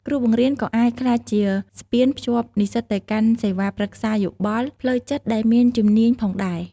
គ្រូបង្រៀនក៏អាចក្លាយជាស្ពានភ្ជាប់និស្សិតទៅកាន់សេវាប្រឹក្សាយោបល់ផ្លូវចិត្តដែលមានជំនាញផងដែរ។